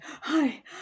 hi